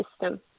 system